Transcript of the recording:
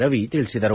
ರವಿ ತಿಳಿಸಿದರು